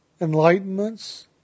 enlightenments